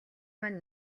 маань